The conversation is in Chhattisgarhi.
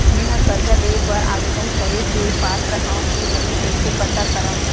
मेंहा कर्जा ले बर आवेदन करे के पात्र हव की नहीं कइसे पता करव?